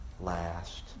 last